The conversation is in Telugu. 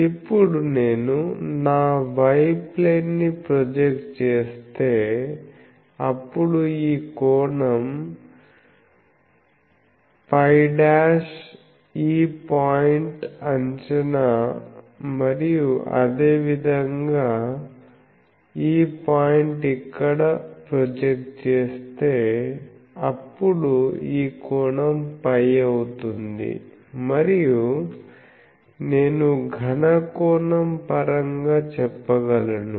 ఇప్పుడు నేను నా y ప్లేన్ ని ప్రొజెక్ట్ చేస్తే అప్పుడు ఈ కోణం φ' ఈ పాయింట్ అంచనా మరియు అదేవిధంగా ఈ పాయింట్ ని ఇక్కడ ప్రొజెక్ట్ చేస్తే అప్పుడు ఈ కోణం φ అవుతుంది మరియు నేను ఘన కోణం పరంగా చెప్పగలను